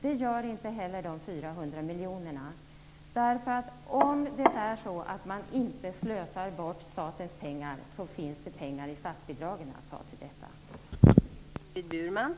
Det gör inte heller de 400 miljonerna. Om man inte slösar bort statens pengar, finns det pengar i statsbidragen att ta till detta.